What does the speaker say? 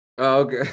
Okay